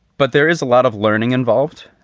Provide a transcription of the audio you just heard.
but there is a lot of learning involved.